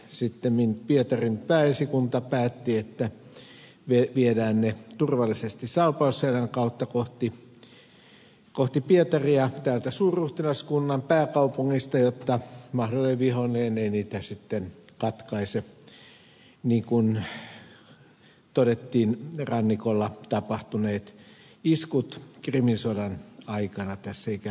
sittemmin pietarin pääesikunta päätti että viedään ne turvallisesti salpausselän kautta kohti pietaria täältä suurruhtinaskunnan pääkaupungista jotta mahdollinen vihollinen ei niitä sitten katkaise niin kuin todettiin rannikolla tapahtuneet iskut krimin sodan aikana tässä ikään kuin ohjeena